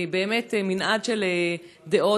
באמת מנעד של דעות.